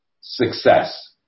success